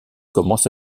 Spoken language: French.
commence